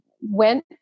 went